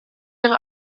ihre